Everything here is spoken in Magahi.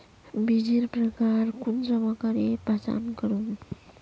बीजेर प्रकार कुंसम करे पहचान करूम?